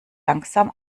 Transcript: langsam